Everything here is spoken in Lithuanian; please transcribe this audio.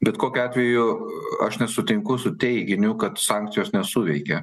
bet kokiu atveju aš nesutinku su teiginiu kad sankcijos nesuveikė